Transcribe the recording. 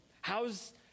How's